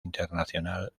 internacional